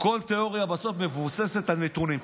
שכל תיאוריה מבוססת על נתונים.